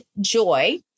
joy